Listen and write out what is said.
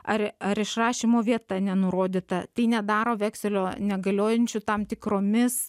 ar ar išrašymo vieta nenurodyta tai nedaro vekselio negaliojančiu tam tikromis